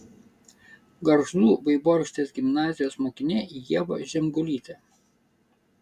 gargždų vaivorykštės gimnazijos mokinė ieva žemgulytė